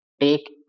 take